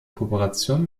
kooperation